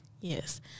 Yes